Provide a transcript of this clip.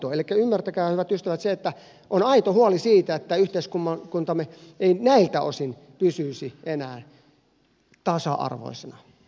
elikkä ymmärtäkää hyvät ystävät se että on aito huoli siitä että yhteiskuntamme ei näiltä osin pysyisi enää tasa arvoisena